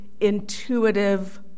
Intuitive